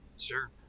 Sure